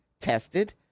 tested